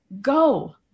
go